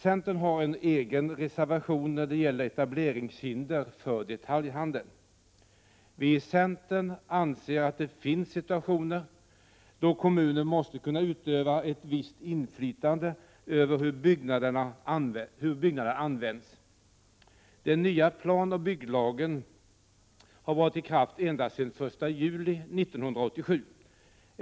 Centern har en egen reservation när det gäller etableringshinder för detaljhandeln. Vi i centern anser att det finns situationer då kommunen måste kunna utöva ett visst inflytande över hur byggnader används. Den nya planoch bygglagen har varit i kraft endast sedan den 1 juli 1987.